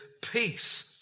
peace